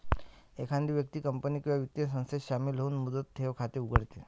एखादी व्यक्ती कंपनी किंवा वित्तीय संस्थेत शामिल होऊन मुदत ठेव खाते उघडते